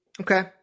Okay